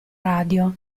radio